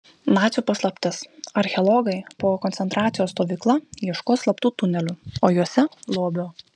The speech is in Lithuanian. nacių paslaptis archeologai po koncentracijos stovykla ieškos slaptų tunelių o juose lobio